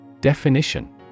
Definition